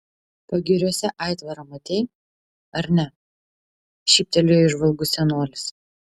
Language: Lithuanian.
pagiriuose aitvarą matei ar ne šyptelėjo įžvalgus senolis